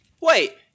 Wait